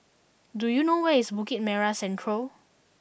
do you know where is Bukit Merah Central